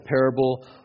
parable